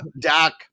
Doc